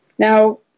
Now